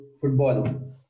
football